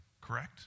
Correct